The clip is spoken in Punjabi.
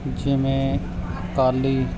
ਜਿਵੇ ਅਕਾਲੀ